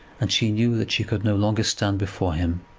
and she knew that she could no longer stand before him.